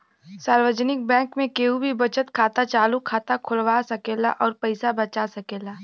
सार्वजनिक बैंक में केहू भी बचत खाता, चालु खाता खोलवा सकेला अउर पैसा बचा सकेला